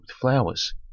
flowers